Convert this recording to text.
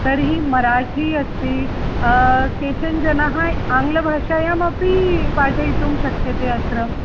तर्हि मराठी अस्ति केचन जनाः आङ्ग्लभाषायामपि पाठयितुं शक्यते अत्र